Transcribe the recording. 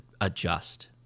adjust